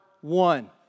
one